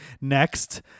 next